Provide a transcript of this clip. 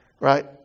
right